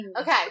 Okay